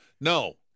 No